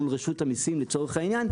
רשות המיסים לצורך העניין,